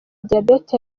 diyabete